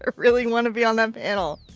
ah really want to be on that panel.